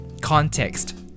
context